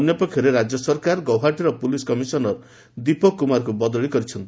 ଅନ୍ୟପକ୍ଷରେ ରାଜ୍ୟ ସରକାର ଗୌହାଟୀର ପୋଲିସ୍ କମିଶନର ଦୀପକ କୁମାରଙ୍କୁ ବଦଳି କରିଛନ୍ତି